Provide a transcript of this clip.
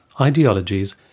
ideologies